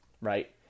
right